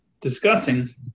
discussing